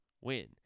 win